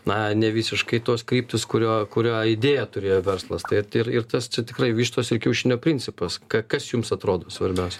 na nevisiškai tos kryptys kurio kurio idėją turėjo verslas tai ir ir tas tikrai vištos ir kiaušinio principas ka kas jums atrodo svarbiausia